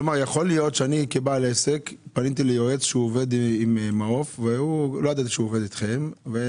יכול להיות שכבעל עסק פניתי ליועץ שעובד עם מעוף והוא יעבוד איתי באופן